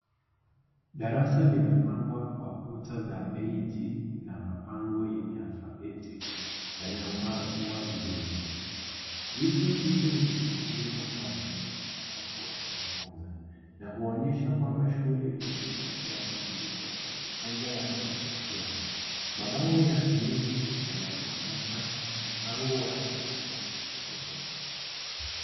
Darasa limebambwa kwa kuta za Deiji na mabango yenye alfabeti yanayopangwa vizuri. Vitu hivi ni muhimu kwa mchakati wa kujifunza. Na huonyesha kwamba shule inazingatia mazingira ya kujifunza yanayovutia. Mabango ya miezi yanayoonyesha mpango wa elimu ya mtoto.